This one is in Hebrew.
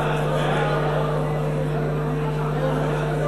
חוק-יסוד: תקציב המדינה לשנים 2009 עד 2012